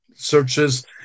searches